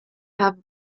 have